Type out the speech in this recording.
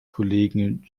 kollegen